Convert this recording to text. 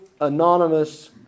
anonymous